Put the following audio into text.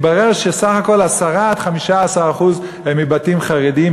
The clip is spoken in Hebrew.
מתברר שסך הכול 10% 15% הם מבתים חרדיים,